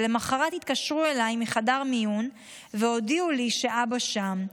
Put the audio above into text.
כי למוחרת התקשרו אליי מחדר מיון והודיעו לי שאבא שם,